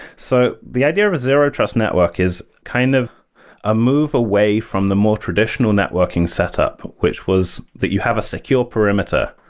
so the idea with zero-trust network is kind of a move away from the more traditional networking setup, which was that you have a secure perimeter,